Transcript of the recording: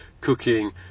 cooking